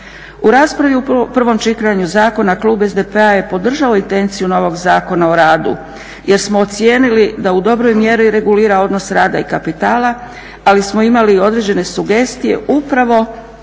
U raspravi u prvom čitanju zakona klub SDP-a je podržao intenciju novog Zakona o radu jer smo ocijenili da u dobroj mjeri regulira odnos rada i kapitala, ali smo imali određene sugestije upravo